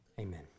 amen